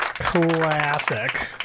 classic